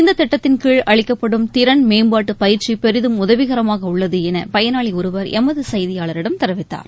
இந்த திட்டத்தின்கீழ் அளிக்கப்படும் திறன் மேம்பாட்டுப் பயிற்சி பெரிதும் உதவிகரமாக உள்ளது என பயனாளி ஒருவர் எமது செய்தியாளரிடம் தெரிவித்தார்